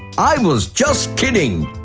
i was just kidding